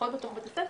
פחות בתוך בית הספר,